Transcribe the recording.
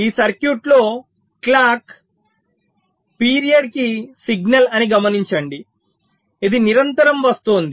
ఈ సర్క్యూట్లో clock periodic signal అని గమనించండి ఇది నిరంతరం వస్తోంది